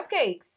cupcakes